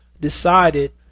decided